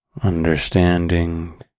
understanding